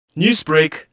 Newsbreak